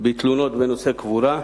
בתלונות בנושא קבורה.